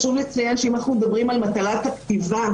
חשוב לציין שבמטלת הכתיבה,